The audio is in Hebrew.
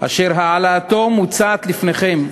אשר מוצעת לפניכם,